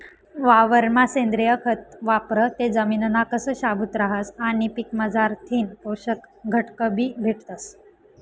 वावरमा सेंद्रिय खत वापरं ते जमिनना कस शाबूत रहास आणि पीकमझारथीन पोषक घटकबी भेटतस